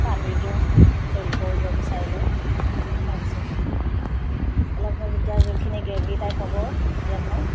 পানী দিওঁ জোল কৰিব বিচাৰিলে তাৰপিছত অলপ সময় পিছত যেতিয়া জোলখিনি গ্ৰেভি টাইপ হ'ব তেতিয়া মই